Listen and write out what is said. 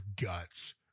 guts